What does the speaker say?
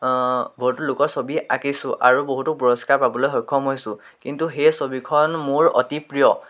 বহুতো লোকৰ ছবি আকিছোঁ আৰু বহুতো পুৰস্কাৰ পাবলৈ সক্ষম হৈছোঁ কিন্তু সেই ছবিখন মোৰ অতি প্ৰিয়